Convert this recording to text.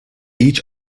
each